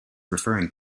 referring